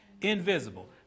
Invisible